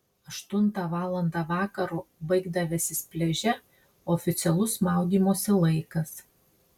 aštuntą valandą vakaro baigdavęsis pliaže oficialus maudymosi laikas